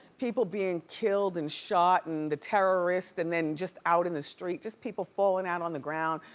people being killed and shot and the terrorists, and then just out in the street, just people falling out on the ground.